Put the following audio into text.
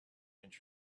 inch